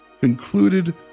concluded